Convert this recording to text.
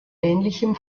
ähnlichem